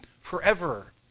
forever